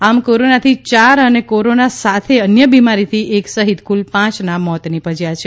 આમ કોરોનાથી ચાર અને કોરોના સાથે અન્ય બિમારીથી એક સહિત કુલ ચારનાં મોત નિપજ્યાં છે